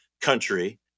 country